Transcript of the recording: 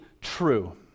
true